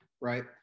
Right